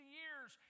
years